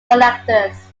collectors